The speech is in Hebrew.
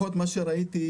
ממה שראיתי,